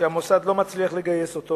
שהמוסד לא מצליח לגייס,